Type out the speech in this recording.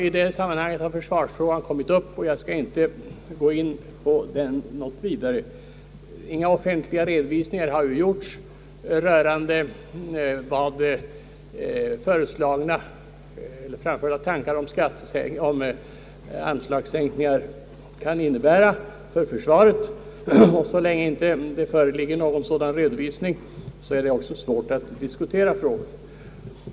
I detta sammanhang har försvarsfrågan kommit upp. Jag skall inte gå närmare in på den, eftersom inga offentliga redovisningar föreligger rörande vad framförda önskningar om anslagssänkningar kan komma att innebära för försvaret. Så länge någon sådan redovisning inte föreligger är det svårt att diskutera frågan.